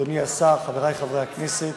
אדוני השר, חברי חברי הכנסת,